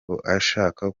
bashaka